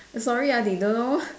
err sorry ah they don't know